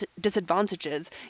disadvantages